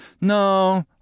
no